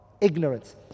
Ignorance